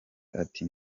ati